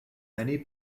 many